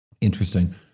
Interesting